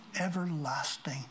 everlasting